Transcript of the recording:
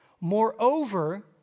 Moreover